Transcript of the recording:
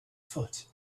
foot